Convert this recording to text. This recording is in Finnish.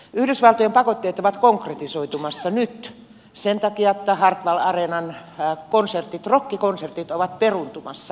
yhdysvaltojen pakotteet ovat konkretisoitumassa nyt sen takia että hartwall areenan rokkikonsertit ovat peruuntumassa näiden pakotteiden takia